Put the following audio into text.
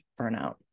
burnout